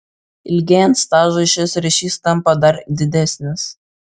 ilgėjant stažui šis ryšys tampa dar didesnis